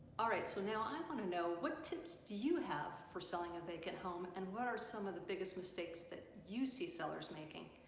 alright so now i want to know what tips do you have for selling a vacant home and what are some of the biggest mistakes that you see sellers making.